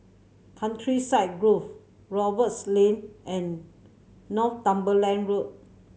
Countryside Grove Roberts Lane and Northumberland Road